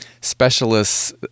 specialists